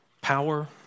power